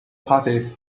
passes